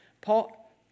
Paul